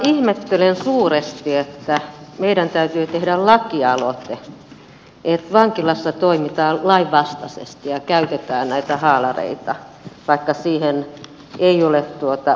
ihmettelen suuresti että meidän täytyy tehdä lakialoite että vankilassa toimitaan lainvastaisesti ja käytetään näitä haalareita vaikka siihen ei ole oikeutta